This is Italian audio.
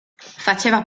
faceva